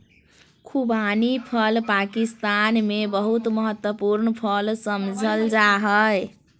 खुबानी फल पाकिस्तान में बहुत महत्वपूर्ण फल समझल जा हइ